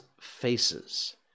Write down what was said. Faces